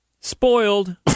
Spoiled